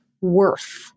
worth